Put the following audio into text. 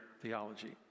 theology